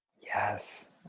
Yes